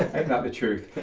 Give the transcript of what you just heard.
and that the truth.